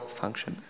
function